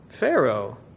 Pharaoh